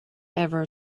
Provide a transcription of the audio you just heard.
ever